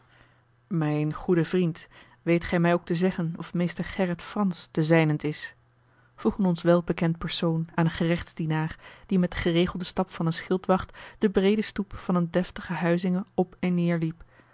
mijn goede vriend weet gij mij ook te zeggen of meester gerrit fransz te zijnent is vroeg een ons welbekend persoon aan een gerechtsdienaar die met den geregelden stap van een schildwacht de breede stoep van eene deftige huizinge op en neêrliep